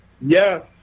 yes